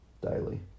daily